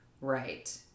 Right